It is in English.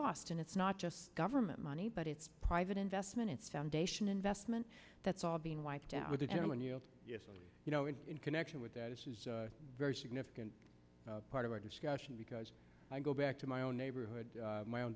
lost and it's not just government money but it's private investment it's foundation investment that's all being wiped out with the gentleman you you know in connection with that this is a very significant part of our discussion because i go back to my own neighborhood my own